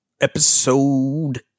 episode